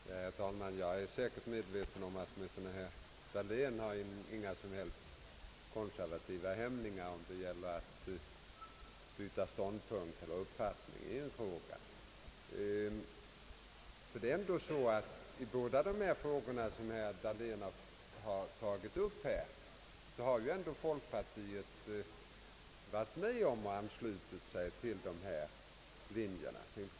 Herr talman! Jag är klart medveten om att herr Dahlén inte har några som helst konservativa hämningar när det gäller att byta ståndpunkt eller uppfattning i en fråga! Men i båda de frågor som herr Dahlén tagit upp har folkpartiet varit med och anslutit sig till våra linjer.